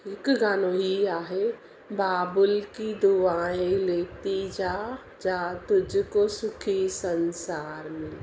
हिकु गानो हीअ आहे बाबूल की दुआएं लेती जा जा तुझको सुखी संसार मिले